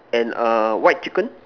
and err white chicken